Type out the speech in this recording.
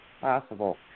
possible